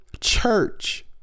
church